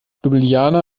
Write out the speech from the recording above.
ljubljana